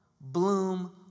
bloom